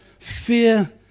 Fear